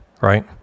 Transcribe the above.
right